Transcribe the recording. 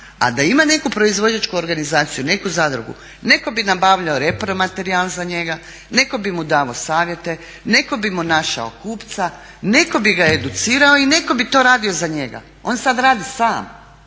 A da ima neku proizvođačku organizaciju, neku zadrugu, netko bi nabavljao repromaterijal za njega, netko bi mu davao savjete, netko bi mu našao kupca, netko bi ga educirao i netko bi to radio za njega. On sad radi sam,